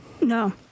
No